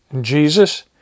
Jesus